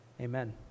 Amen